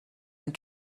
and